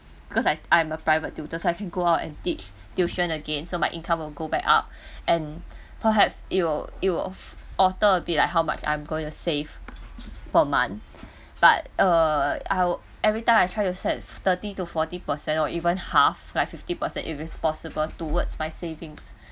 because I I'm a private tutor so I can go out and teach tuition again so my income will go back up and perhaps it will it will alter a bit like how much I'm going to save per month but err I'll every time I try to save thirty to forty percent or even half like fifty percent if its possible towards my savings